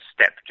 step